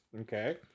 Okay